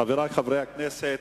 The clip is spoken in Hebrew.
חברי חברי הכנסת,